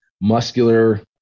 muscular